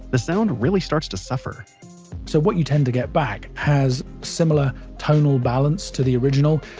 the sound really starts to suffer so what you tend to get back has similar tonal balance to the original,